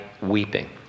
weeping